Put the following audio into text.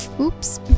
Oops